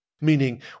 Meaning